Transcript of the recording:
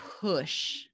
push